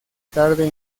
tarde